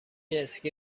اسکی